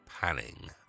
panning